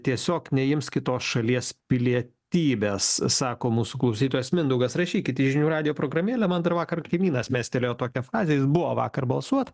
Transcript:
tiesiog neims kitos šalies pilietybės sako mūsų klausytojas mindaugas rašykit į žinių radijo programėlę man dar vakar kaimynas mestelėjo tokią frazę jis buvo vakar balsuot